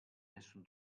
nessun